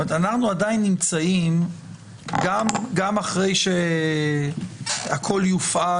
זאת אומרת אנחנו עדיין נמצאים גם אחרי שהכול יופעל